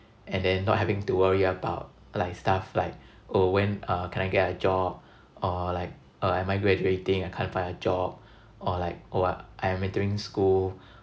and then not having to worry about like stuff like oh when uh can I get a job or like uh am I graduating I can't find a job or like oh I'm entering school